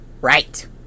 right